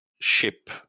ship